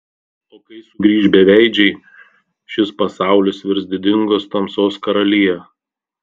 o kai sugrįš beveidžiai šis pasaulis virs didingos tamsos karalija